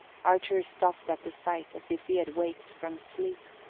archer stopped at the sight as if he had waked from sleep.